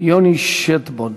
יוני שטבון.